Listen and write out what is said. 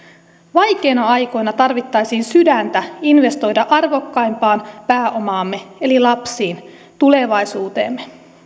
vaikeina aikoina tarvittaisiin sydäntä investoida arvokkaimpaan pääomaamme eli lapsiin tulevaisuuteemme